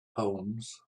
homes